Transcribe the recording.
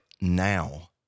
now